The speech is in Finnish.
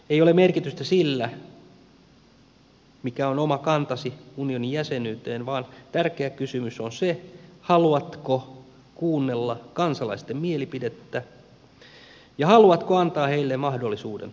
ei ole merkitystä sillä mikä on oma kantasi unionin jäsenyyteen vaan tärkeä kysymys on se haluatko kuunnella kansalaisten mielipidettä ja haluatko antaa heille mahdollisuuden sen ilmaisuun